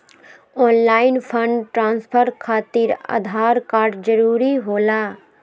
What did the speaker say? Online fund transfer खातिर Aadhaar card जरूरी होला?